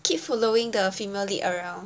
keep following the female lead around